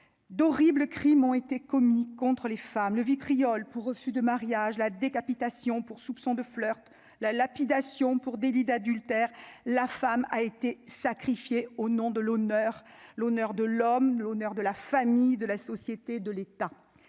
d'horribles crimes ont été commis contre les femmes, le vitriol pour refus de mariage, la décapitation pour soupçon de flirt la lapidation pour délit d'adultère, la femme a été sacrifié au nom de l'honneur, l'honneur de l'homme, l'honneur de la famille de la société de l'État,